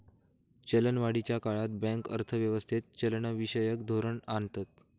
चलनवाढीच्या काळात बँक अर्थ व्यवस्थेत चलनविषयक धोरण आणतत